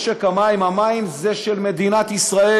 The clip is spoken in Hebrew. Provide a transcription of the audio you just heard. משק המים הוא של מדינת ישראל.